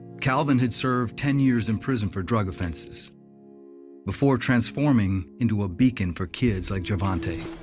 calvin had served ten years in prison for drug offenses before transforming into a beacon for kids like gervonta.